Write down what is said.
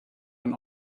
man